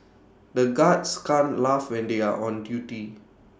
the guards can't laugh when they are on duty